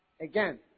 Again